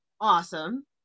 awesome